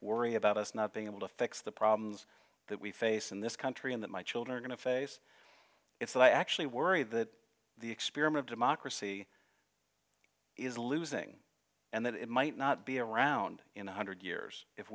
worry about us not being able to fix the problems that we face in this country and that my children are going to face it so i actually worry that the experiment democracy is losing and that it might not be around in one hundred years if